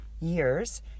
years